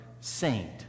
saint